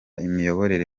imiyoborere